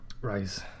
Rise